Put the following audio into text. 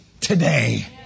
today